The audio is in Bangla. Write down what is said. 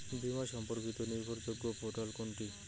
বীমা সম্পর্কিত নির্ভরযোগ্য পোর্টাল কোনটি?